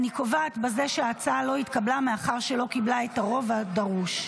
אני קובעת בזה שההצעה לא התקבלה מאחר שלא קיבלה את הרוב הדרוש.